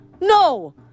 No